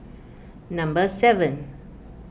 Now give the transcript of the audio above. number seven